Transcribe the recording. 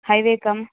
highway com